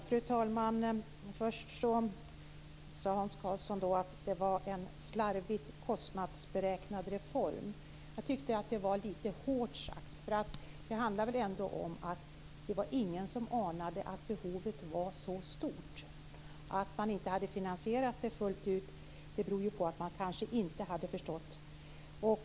Fru talman! Först sade Hans Karlsson att det var en slarvigt kostnadsberäknad reform. Jag tycker att det var lite hårt sagt. Det handlar väl ändå om att det inte var någon som anade att behovet var så stort. Att man inte hade finansierat det fullt ut beror kanske på att man inte hade förstått det.